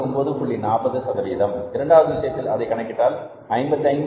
40 சதவீதம் இரண்டாவது விஷயத்தில் அதை கணக்கிட்டால் அது 55